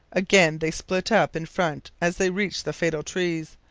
again they split up in front as they reached the fatal trees.